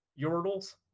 Yordles